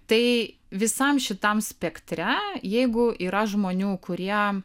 tai visam šitam spektre jeigu yra žmonių kurie